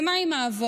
ומה עם האבות?